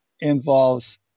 involves